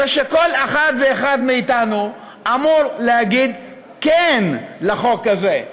הרי שכל אחד ואחד מאיתנו אמור להגיד כן לחוק הזה,